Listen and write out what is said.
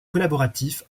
collaboratif